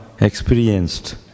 experienced